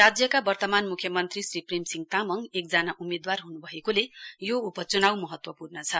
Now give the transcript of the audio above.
राज्यका वर्तमान म्ख्यमन्त्री श्री प्रेमसिहं तामङ एकजना उम्मेदवार ह्न्भएकोले यो उपचुनाउ महत्वपूर्ण छ